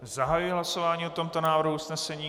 Zahajuji hlasování o tomto návrhu usnesení.